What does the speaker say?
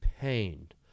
Pained